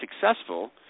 successful